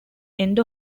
end